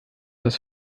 das